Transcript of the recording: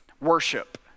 worship